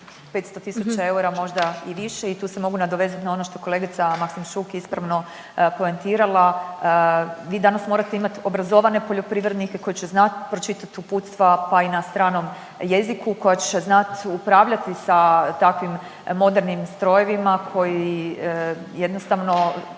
500 tisuća eura, možda i više i tu se mogu nadovezati na ono što kolegica Maksimčuk je ispravno poentirala. Vi danas morate imati obrazovane poljoprivrednike koji će znati pročitati uputstva, pa i na stranom jeziku, koja će znati upravljati sa takvim modernim strojevima koji jednostavno